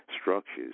structures